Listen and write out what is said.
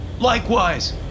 Likewise